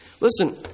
Listen